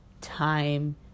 time